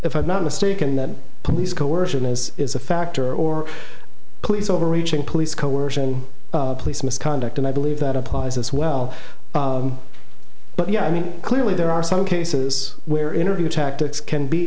if i'm not mistaken that police coercion is a factor or police overreaching police coercion police misconduct and i believe that applies as well but yeah i mean clearly there are some cases where interview tactics can be